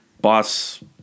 Boss